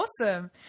Awesome